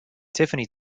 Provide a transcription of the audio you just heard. tiffany